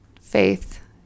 Faith